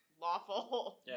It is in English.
lawful